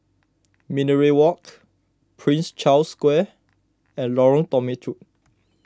Minaret Walk Prince Charles Square and Lorong Temechut